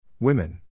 Women